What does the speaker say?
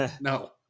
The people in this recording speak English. no